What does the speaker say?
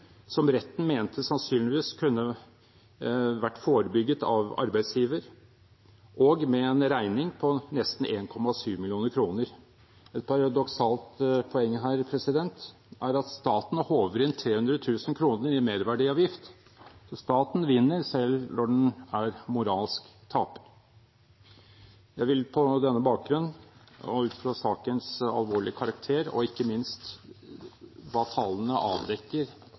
som retten mente sannsynligvis kunne vært forebygget av arbeidsgiver, og med en regning på nesten 1,7 mill. kr. Et paradoksalt poeng er at staten håver inn 300 000 kr i merverdiavgift. Staten vinner, selv når den er moralsk taper. Jeg vil på denne bakgrunn og ut fra sakens alvorlige karakter og ikke minst hva tallene avdekker